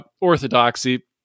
orthodoxy